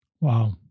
Wow